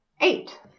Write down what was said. Eight